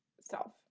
self